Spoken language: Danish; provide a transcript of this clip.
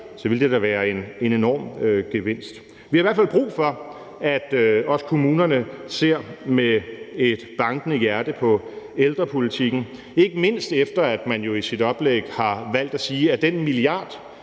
ville det da være en enorm gevinst. Vi har i hvert fald brug for, at også kommunerne ser med et bankende hjerte på ældrepolitikken, ikke mindst efter man jo i sit oplæg har valgt at sige, at den milliard,